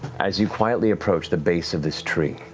as you quietly approach the base of this tree,